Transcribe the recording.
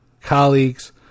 colleagues